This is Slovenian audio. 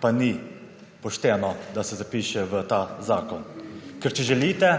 pa ni pošteno, da se ddr. zapiše v ta zakon. Ker, če želite,